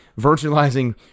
virtualizing